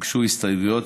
הוגשו הסתייגויות.